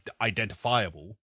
identifiable